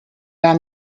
gar